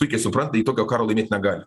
puikiai supranta ji tokio karo laimėt negali